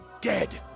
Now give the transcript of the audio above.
dead